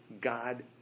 God